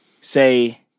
say